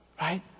right